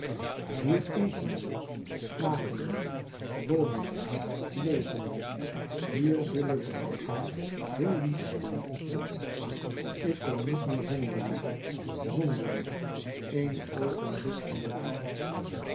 hier eten we slapen we wonen we leven we hier zullen we elkaar heel lief hebben ik kon niet meer zonderje zonder je een oogenblik van den dag